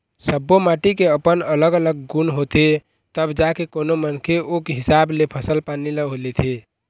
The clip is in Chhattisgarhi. सब्बो माटी के अपन अलग अलग गुन होथे तब जाके कोनो मनखे ओ हिसाब ले फसल पानी ल लेथे